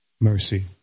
mercy